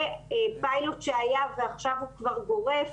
ופיילוט שהיה ועכשיו הוא כבר גורף,